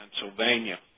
Pennsylvania